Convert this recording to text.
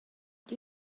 did